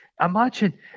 imagine